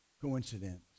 coincidence